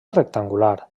rectangular